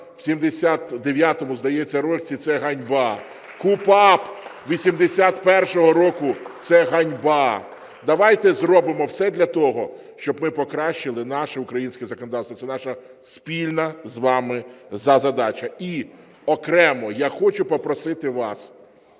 в 79-му, здається, році, – це ганьба, КУпАП 81-го року – це ганьба. Давайте зробимо все для того, щоб ми покращили наше українське законодавство, це наша спільна з вами задача. І окремо я хочу попросити вас,